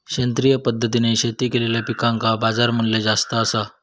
सेंद्रिय पद्धतीने शेती केलेलो पिकांका बाजारमूल्य जास्त आसा